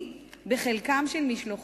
שיעור המשתכרים